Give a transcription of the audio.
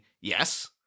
yes